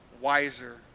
wiser